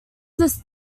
this